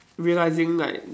realising like